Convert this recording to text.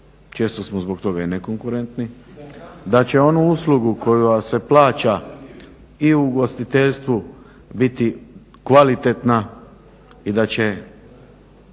često smo zbog toga i nekonkurentni. Da će onu uslugu koja se plaća i u ugostiteljstvu biti kvalitetna i da će